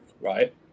right